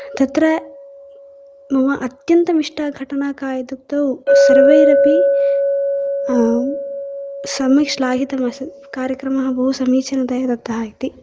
तत्र मम अत्यन्तं इष्टा घटना का इत्युक्तौ सर्वैरपि सम्यक् श्लाघितमासीत् कार्यक्रमः बहु समीचीनतया दत्त इति